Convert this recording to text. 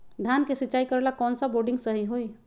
धान के सिचाई करे ला कौन सा बोर्डिंग सही होई?